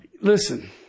listen